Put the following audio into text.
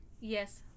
Yes